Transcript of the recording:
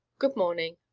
good morning,